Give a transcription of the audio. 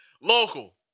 local